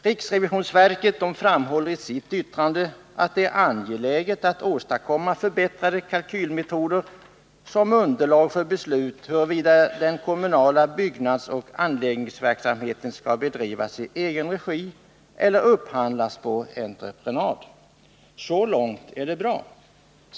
Riksrevisionsverket framhåller i sitt yttrande att ”det är angeläget att åstadkomma förbättrade kalkylmetoder som underlag för beslut huruvida den kommunala byggnadsoch anläggningsverksamheten skall bedrivas i egen regi eller upphandlas på entreprenad”. Så långt är det bra.